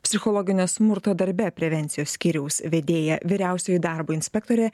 psichologinio smurto darbe prevencijos skyriaus vedėja vyriausioji darbo inspektorė